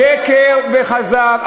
שקר וכזב.